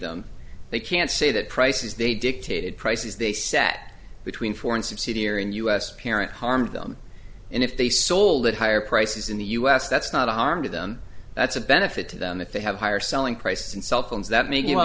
them they can't say that prices they dictated prices they set between foreign subsidiary and us parent harmed them and if they sold at higher prices in the us that's not a harm to them that's a benefit to them if they have higher selling price in cell phones that mak